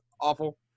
awful